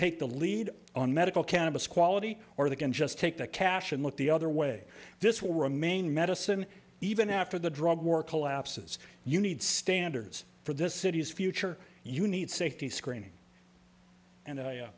take the lead on medical cannabis quality or they can just take the cash and look the other way this will remain medicine even after the drug war collapses you need standards for this city's future you need safety screening and